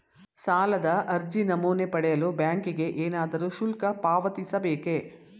ಸಾಲದ ಅರ್ಜಿ ನಮೂನೆ ಪಡೆಯಲು ಬ್ಯಾಂಕಿಗೆ ಏನಾದರೂ ಶುಲ್ಕ ಪಾವತಿಸಬೇಕೇ?